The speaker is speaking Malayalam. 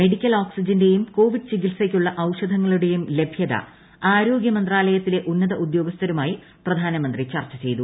മെഡിക്കൽ ഓക്സിജന്റെയും കോവിഡ് ചികിത്സക്കുള്ള ഔഷധങ്ങളുടെയും ലഭ്യത ആരോഗ്യ മന്ത്രാലയത്തിലെ ഉന്നത ഉദ്യോഗസ്ഥരുമായി പ്രധാനമന്ത്രി ചർച്ച ചെയ്തു